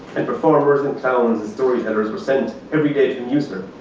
and performers and clowns and storytellers were sent every day to amuse her.